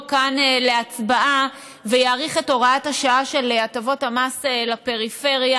כאן להצבעה ויאריך את הוראת השעה של הטבות המס לפריפריה.